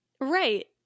Right